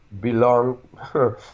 belong